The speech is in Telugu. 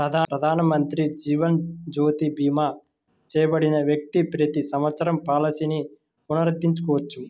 ప్రధానమంత్రి జీవన్ జ్యోతి భీమా చేయబడిన వ్యక్తి ప్రతి సంవత్సరం పాలసీని పునరుద్ధరించవచ్చు